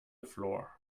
floor